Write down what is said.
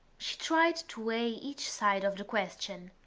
she tried to weigh each side of the question.